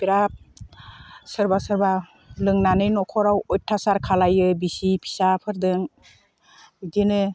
बेराद सोरबा सोरबा लोंनानै न'खराव अयथासार खालामो बिसि फिसा फोरजों बिदिनो